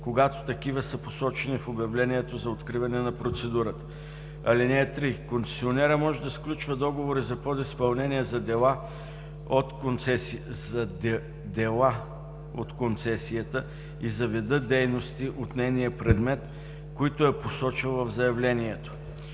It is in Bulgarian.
когато такива са посочени в обявлението за откриване на процедурата. (3) Концесионерът може да сключва договори за подизпълнение за дела от концесията и за видовете дейности от нейния предмет, които е посочил в заявлението.